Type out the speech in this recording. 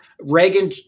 Reagan